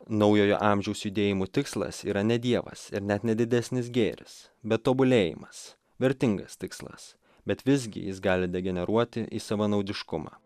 naujojo amžiaus judėjimų tikslas yra ne dievas ir net ne didesnis gėris be tobulėjimas vertingas tikslas bet visgi jis gali degeneruoti į savanaudiškumą